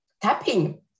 tapping